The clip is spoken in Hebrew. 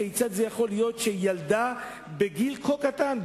כיצד זה יכול להיות שילדה כל כך קטנה,